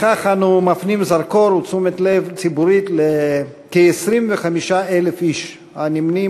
בכך אנו מפנים זרקור ותשומת לב ציבורית לכ-25,000 איש הנמנים